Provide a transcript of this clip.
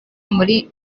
muri